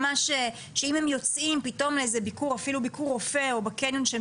שאם הם יוצאים לביקור אפילו ביקור רופא או בקניון שהם